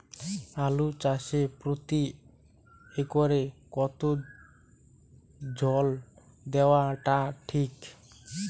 আলু চাষে প্রতি একরে কতো জল দেওয়া টা ঠিক?